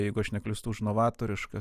jeigu aš neklystu už novatorišas